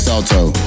Salto